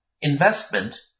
Investment